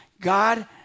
God